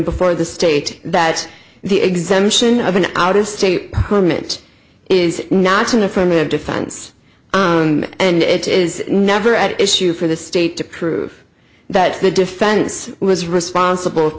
before the state that the exemption of an out of state permit is not an affirmative defense and it is never an issue for the state to prove that the defense was responsible for